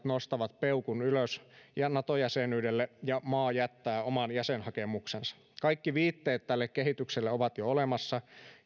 nostavat peukun ylös nato jäsenyydelle ja maa jättää oman jäsenhakemuksensa kaikki viitteet tälle kehitykselle ovat jo olemassa